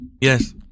Yes